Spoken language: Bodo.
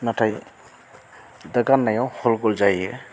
नाथाय दा गान्नायाव हल गल जायो